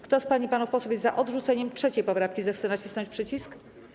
Kto z pań i panów posłów jest za odrzuceniem 3. poprawki, zechce nacisnąć przycisk.